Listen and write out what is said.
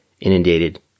inundated